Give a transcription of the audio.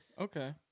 Okay